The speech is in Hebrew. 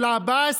של עבאס,